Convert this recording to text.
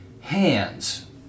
hands